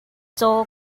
caw